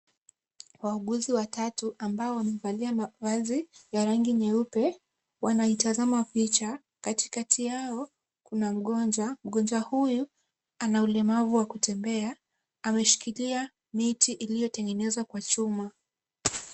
Wauguzi watatu ambao wamevalia mavazi ya rangi nyeupe, wanaitazama picha. Katikati yao kuna mgonjwa, mgonjwa huyu ana ulemavu wa kutembea, ameshikilia miti iliyotengenezwa kwa chuma.